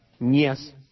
Yes